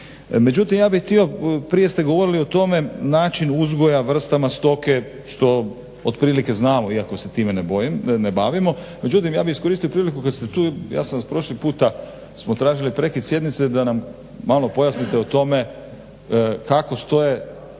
htio prije ste govorili o tome način uzgoja, vrstama stoke što otprilike znamo iako se time ne bavimo, međutim ja bih iskoristio priliku kad ste tu ja sam vas prošli puta pitao, smo tražili prekid sjednice da nam malo pojasnite o tome kakvo je stanje